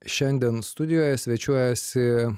šiandien studijoje svečiuojasi